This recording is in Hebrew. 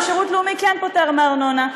ושירות לאומי כן פוטר מארנונה.